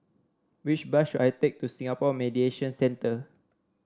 which bus should I take to Singapore Mediation Centre